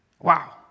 Wow